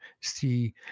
see